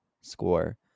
score